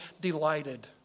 delighted